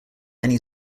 many